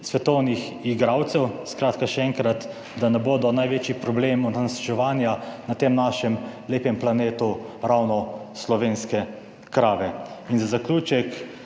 svetovnih igralcev. Skratka še enkrat, da ne bodo največji problem onesnaževanja na tem našem lepem planetu ravno slovenske krave. In za zaključek.